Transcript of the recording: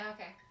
Okay